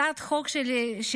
הצעת החוק שלפנינו,